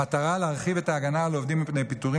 המטרה היא להרחיב את ההגנה על עובדים מפני פיטורים